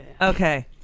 Okay